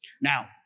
Now